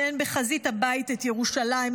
שאין בחזית הבית את ירושלים,